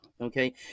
Okay